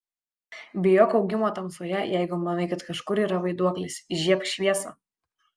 bijok augimo tamsoje jeigu manai kad kažkur yra vaiduoklis įžiebk šviesą